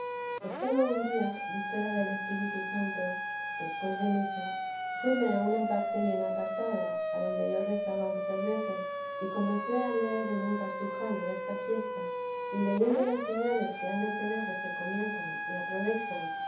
estaba un día víspera del espíritu santo después de misa fuíme a una parte bien apartada adonde yo rezaba muchas veces y comencé a leer en un cartuj esta fiesta y leyendo las señales que han de tener los que comienzan y aprovechan